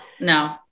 No